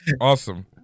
Awesome